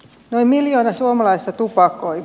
noin miljoona suomalaista tupakoi